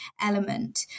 element